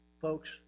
folks